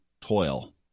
toil